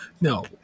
No